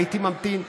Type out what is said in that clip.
הייתי ממתין,